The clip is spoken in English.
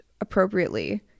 appropriately